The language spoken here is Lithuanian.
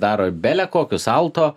daro bele kokį salto